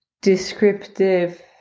descriptive